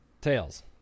Tails